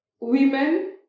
women